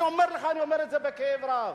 אני אומר לך, אני אומר את זה בכאב רב.